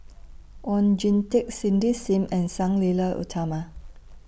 Oon Jin Teik Cindy SIM and Sang Nila Utama